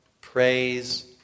praise